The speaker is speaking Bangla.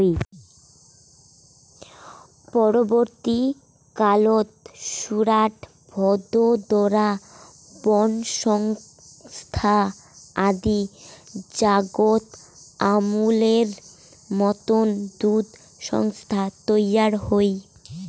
পরবর্তী কালত সুরাট, ভাদোদরা, বনস্কন্থা আদি জাগাত আমূলের মতন দুধ সংস্থা তৈয়ার হই